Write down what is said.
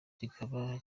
kikaba